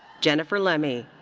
jennifer lemme.